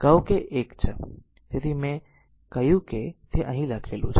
તેથી મેં જે કંઈ કહ્યું તે અહીં લખેલું છે